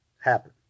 happen